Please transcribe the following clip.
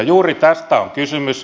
juuri tästä on kysymys